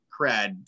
cred